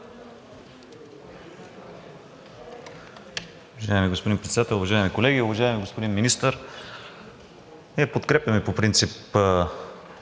Уважаеми господин Председател, уважаеми колеги! Уважаеми господин Министър, ние подкрепяме по принцип